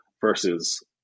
Versus